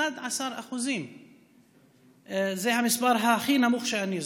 11%. זה המספר הכי נמוך שאני זוכר.